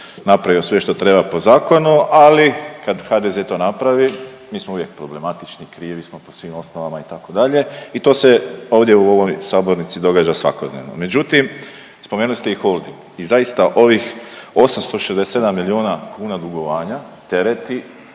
napravio sve što treba po zakonu, ali kad HDZ to napravi mi smo uvijek problematični, krivi smo po svim osnovama itd. i to se ovdje u ovoj sabornici događa svakodnevno. Međutim, spomenuli ste ih ovdje i zaista ovih 867 miliona kuna dugovanja tereti